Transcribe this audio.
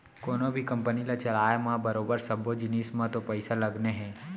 कोनों भी कंपनी ल चलाय म बरोबर सब्बो जिनिस म तो पइसा लगने हे